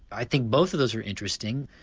i think both of those are interesting,